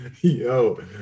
Yo